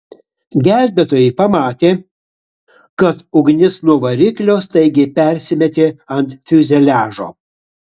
gelbėtojai pamatė kad ugnis nuo variklio staigiai persimetė ant fiuzeliažo